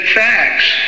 facts